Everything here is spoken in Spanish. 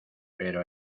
pero